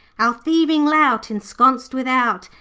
our thieving lout, ensconced without,